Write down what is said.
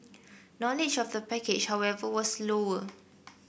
knowledge of the package however was lower